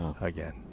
again